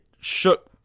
shook